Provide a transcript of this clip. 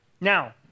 Now